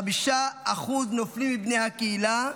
5% נופלים מבני הקהילה,